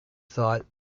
thought